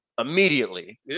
immediately